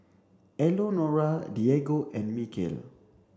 Elenora Diego and Mykel